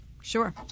sure